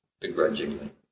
begrudgingly